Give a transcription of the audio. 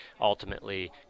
ultimately